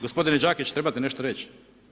Gospodin Đakić, trebate nešto reći?